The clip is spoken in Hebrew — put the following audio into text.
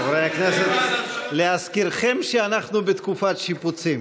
חברי הכנסת, להזכירכם, אנחנו בתקופת שיפוצים.